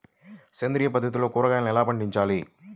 సేంద్రియ పద్ధతిలో కూరగాయలు ఎలా పండించాలి?